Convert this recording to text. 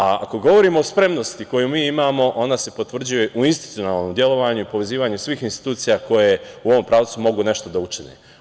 Ako govorimo o spremnosti koju mi imamo ona se potvrđuje u institucionalnom delovanju svih institucija koje u ovom pravcu mogu nešto da učine.